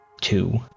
two